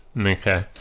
Okay